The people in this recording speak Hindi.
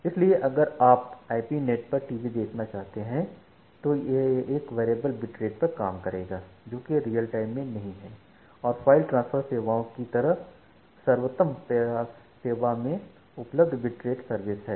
इसलिए अगर आप आईपी नेट पर टीवी देखना चाहते हैं तो यह एक वेरिएबल बिट रेट पर काम करेगा है जोकि रियल टाइम में नहीं है और फ़ाइल ट्रांसफर सेवाओं की तरह सर्वोत्तम प्रयास सेवा में उपलब्ध बिट रेट सर्विस है